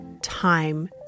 time